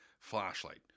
Flashlight